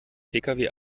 pkw